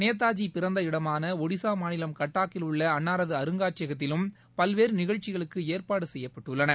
நேதாஜி பிறந்த இடமான ஒடிசா மாநிலம் கட்டாக்கில் உள்ள அண்ணாரது அருங்காட்சியகத்திலும் பல்வேறு நிகழ்ச்சிகளுக்கு ஏற்பாடு செய்யப்பட்டுள்ளன